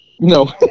No